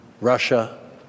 Russia